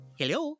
hello